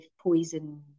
poison